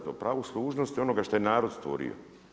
To pravo služnosti onoga što je narod stvorio.